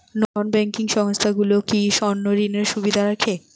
নন banking সংস্থাগুলো কি স্বর্ণঋণের সুবিধা রাখে?